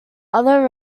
other